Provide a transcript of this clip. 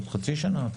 עוד חצי שנה?